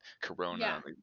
corona